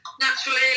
Naturally